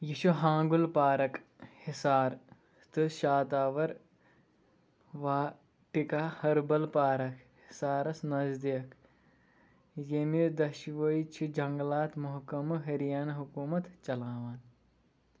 یہِ چھُ ہانٛگُل پارَک حِصار تہٕ شاداوَر واٹِیکا ہربل پارَک حِصارَس نزدیٖک ییٚمہِ دۄشوٕے چھِ جنگلات محکمہٕ ہریانہ حکوٗمت چلاوان